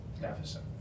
deficit